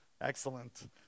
Excellent